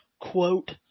quote